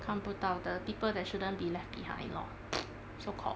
看不到的 people who shouldn't be left behind lor so called